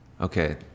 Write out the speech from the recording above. Okay